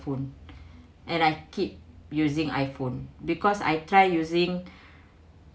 I_phone and I keep using I_phone because I try using